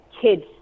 kids